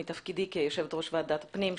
מתפקידי כיושבת-ראש ועדת הפנים,